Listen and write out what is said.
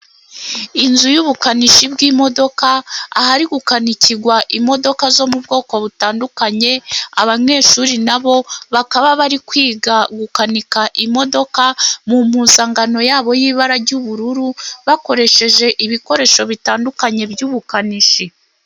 Inzu y'ubukanishi bw'imodoka ahari gukanaikigwa imodoka zo mu bwoko butandukanye, abanyeshuri nabo bakaba bari kwiga gukanika imodoka mu mpuzangano yabo y'ibara ry'ubururu, bakoresheje ibikoresho bitandukanye by'ubukanishi.